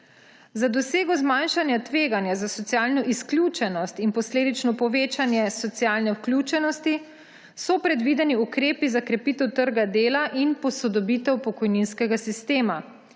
Za dosego zmanjšanja tveganja za socialno izključenost in posledično povečanje socialne vključenosti so predvideni ukrepi za krepitev trga dela in posodobitev pokojninskega sistema,